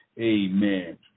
amen